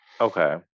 Okay